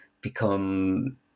become